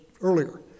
earlier